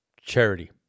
charity